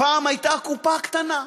פעם הייתה קופה קטנה,